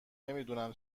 نمیدونم